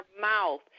mouth